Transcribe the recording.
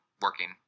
working